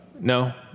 No